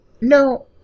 no